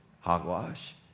Hogwash